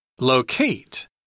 Locate